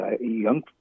young